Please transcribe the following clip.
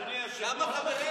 אדוני היושב-ראש,